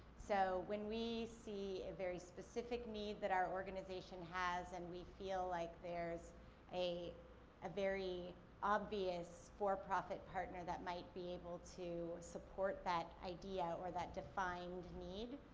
so, when we see a very specific need that our organization has and we feel like there's a a very obvious for-profit partner that might be able to support that idea or that defined need,